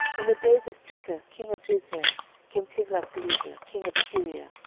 in the days of pekah king of israel came tiglathpileser king of assyria,